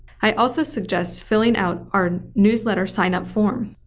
i also suggest filling out our newsletter sign-up form.